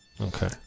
Okay